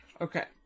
Okay